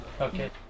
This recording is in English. Okay